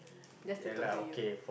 just to talk to you